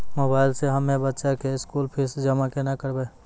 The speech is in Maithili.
मोबाइल से हम्मय बच्चा के स्कूल फीस जमा केना करबै?